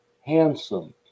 handsome